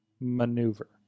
Maneuver